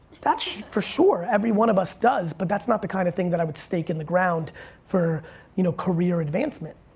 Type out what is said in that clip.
that's for sure, every one of us does but that's not the kind of thing that i would stake in the ground for you know career advancement.